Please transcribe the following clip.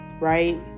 right